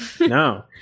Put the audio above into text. No